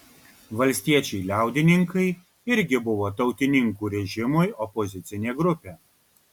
valstiečiai liaudininkai irgi buvo tautininkų režimui opozicinė grupė